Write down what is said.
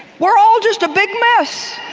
we're all just a big mess.